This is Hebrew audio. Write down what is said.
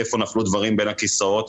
איפה נפלו דברים בין הכיסאות.